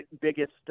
biggest